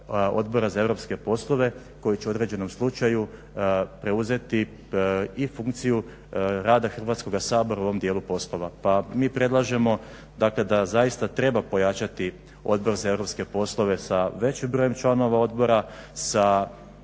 Odbora za europske poslove koji će u određenom slučaju preuzeti i funkciju rada Hrvatskoga sabora u ovom dijelu poslova. Pa mi predlažemo dakle da zaista treba pojačati Odbor za europske poslove sa većim brojem članova odbora, sa